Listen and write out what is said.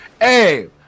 Hey